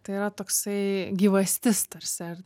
tai yra toksai gyvastis tarsi ar